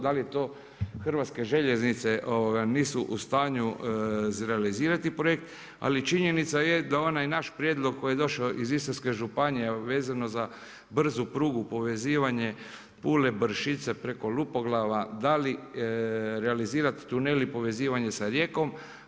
Da li je to Hrvatske željeznice nisu u stanju izrealizirati projekt, ali činjenica je da onaj naš prijedlog koji je došao iz Istarske županije, a vezan je za brzu prugu, povezivanje Pule, Bršice preko Lupoglava, da li realizirati tunel i povezivanje sa Rijekom.